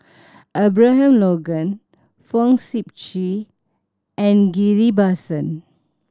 Abraham Logan Fong Sip Chee and Ghillie Basan